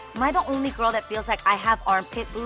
am i the only girl that feels like i have armpit